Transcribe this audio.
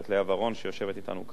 שיושבת אתנו כאן,